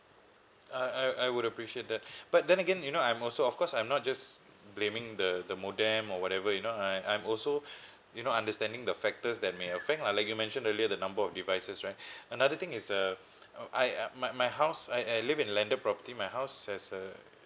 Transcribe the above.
I I I would appreciate that but then again you know I'm also of course I'm not just blaming the the modem or whatever you know I I'm also you know understanding the factors that may affect lah like you mentioned earlier the number of devices right another thing is uh I my my house I I live in landed property my house has a